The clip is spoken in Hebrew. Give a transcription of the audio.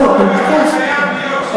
השר פירון הסכים להעביר את זה לוועדת החינוך.